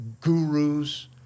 gurus